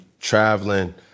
traveling